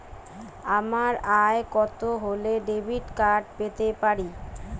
আমার আয় কত হলে ডেবিট কার্ড পেতে পারি?